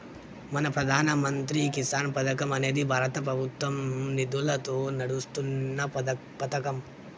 మన ప్రధాన మంత్రి కిసాన్ పథకం అనేది భారత ప్రభుత్వ నిధులతో నడుస్తున్న పతకం